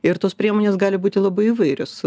ir tos priemonės gali būti labai įvairios